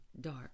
dark